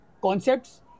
concepts